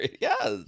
Yes